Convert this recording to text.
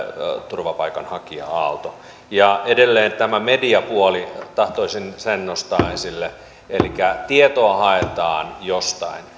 turvapaikanhakija aalto ja edelleen tämä mediapuoli tahtoisin sen nostaa esille elikkä tietoa haetaan jostain